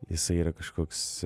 jisai yra kažkoks